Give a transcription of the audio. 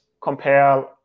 compare